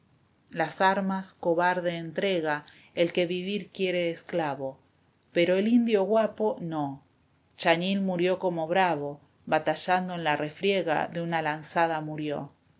las armas cobarde entrega el que vivir quiere esclavo pero el indio guapo no chañil murió como bravo batallando en la refriega de una lanzada murió